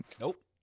Nope